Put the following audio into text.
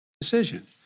Decision